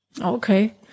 Okay